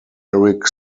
eric